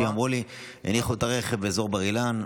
אנשים אמרו לי שהניחו את הרכב באזור בר-אילן,